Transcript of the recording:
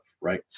right